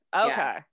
Okay